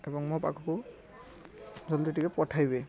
ଏବଂ ମୋ ପାଖକୁ ଜଲ୍ଦି ଟିକେ ପଠାଇବେ